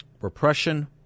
Repression